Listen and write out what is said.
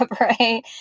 right